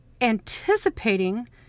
anticipating